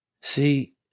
see